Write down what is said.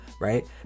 right